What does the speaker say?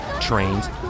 trains